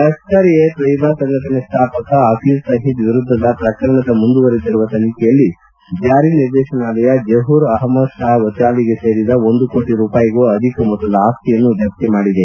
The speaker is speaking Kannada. ಲಷ್ಟರ್ ಎ ತೋಯ್ಲಾ ಸಂಘಟನೆ ಸ್ಥಾಪಕ ಹಫೀಜ್ ಸಯೀದ್ ವಿರುದ್ಗದ ಪ್ರಕರಣದ ಮುಂದುವರಿದಿರುವ ತನಿಖೆಯಲ್ಲಿ ಜಾರಿ ನಿರ್ದೇತನಾಲಯ ಜಹೂರ್ ಅಹಮದ್ ಶಾ ವತಾಲಿಗೆ ಸೇರಿದ ಒಂದು ಕೋಟಿ ರೂಪಾಯಿಗೂ ಅಧಿಕ ಮೊತ್ತದ ಆಸ್ತಿಯನ್ನು ಜಪ್ತಿ ಮಾಡಿದೆ